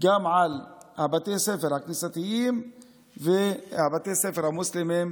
גם על בתי הספר הכנסייתיים ובתי הספר המוסלמיים,